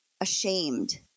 ashamed